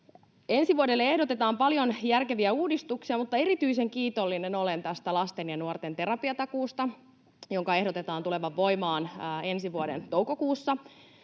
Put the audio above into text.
Ensi vuodelle ehdotetaan paljon järkeviä uudistuksia, mutta erityisen kiitollinen olen tästä lasten ja nuorten terapiatakuusta, jonka ehdotetaan tulevan voimaan [Krista Kiuru: